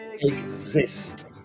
exist